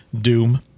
doom